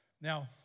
Now